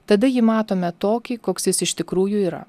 tada jį matome tokį koks jis iš tikrųjų yra